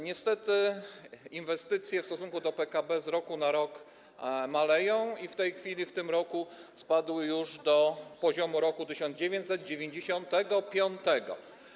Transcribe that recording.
Niestety inwestycje w stosunku do PKB z roku na rok maleją i w tej chwili w tym roku spadły już do poziomu roku 1995.